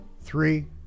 Three